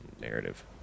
Narrative